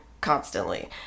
constantly